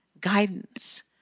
guidance